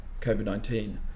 COVID-19